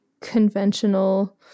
conventional